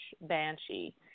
banshee